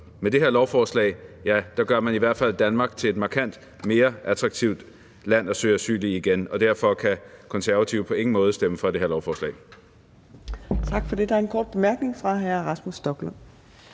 Med det her lovforslag gør man i hvert fald Danmark til et markant mere attraktivt land at søge asyl i igen, og derfor kan Konservative på ingen måde stemme for det her lovforslag.